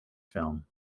film